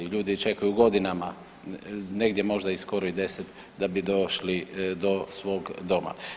Ljudi čekaju godinama, negdje možda i skoro 10, da bi došli do svog doma.